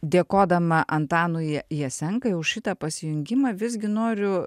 dėkodama antanui jasenkai už šitą pasijungimą visgi noriu